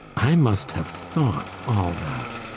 i must have thought all that.